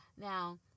Now